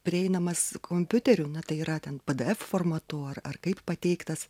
prieinamas kompiuteriu na tai yra ten pdef formatu ar ar kaip pateiktas